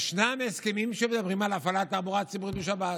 יש הסכמים שמדברים על הפעלת תחבורה ציבורית בשבת.